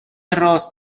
راست